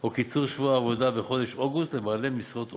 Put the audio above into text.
או קיצור שבוע העבודה בחודש אוגוסט לבעלי משרות הוריות.